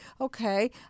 okay